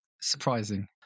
Surprising